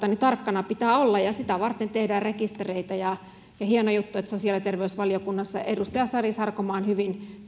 tarkkana pitää olla ja sitä varten tehdään rekistereitä hieno juttu että nostitte esille sosiaali ja terveysvaliokunnan edustaja sari sarkomaa hyvin